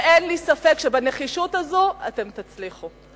ואין לי ספק שבנחישות הזאת אתם תצליחו.